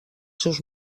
seus